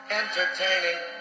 entertaining